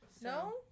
No